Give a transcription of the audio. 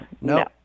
No